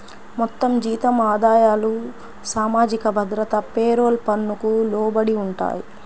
మొత్తం జీతం ఆదాయాలు సామాజిక భద్రత పేరోల్ పన్నుకు లోబడి ఉంటాయి